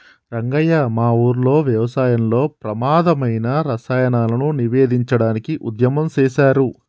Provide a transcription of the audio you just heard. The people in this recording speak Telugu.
రంగయ్య మా ఊరిలో వ్యవసాయంలో ప్రమాధమైన రసాయనాలను నివేదించడానికి ఉద్యమం సేసారు